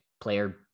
player